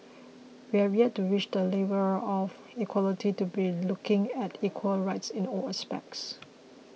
we have yet to reach the level of equality to be looking at equal rights in all aspects